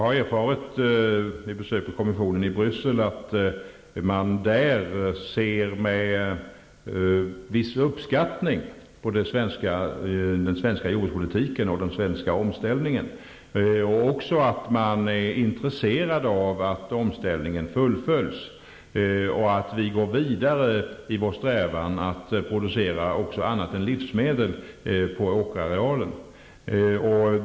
Fru talman! Vid besök på kommissionen i Bryssel har jag erfarit att man där ser med viss uppskattning på den svenska jordbrukspolitiken och den svenska omställningen. Man är också intresserad av att omställningen fullföljs och att vi går vidare i vår strävan att producera även annat än livsmedel på åkerarealen.